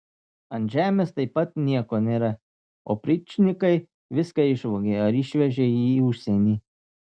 ant žemės taip pat nieko nėra opričnikai viską išvogė ar išvežė į užsienį